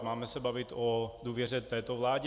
Máme se bavit o důvěře této vládě.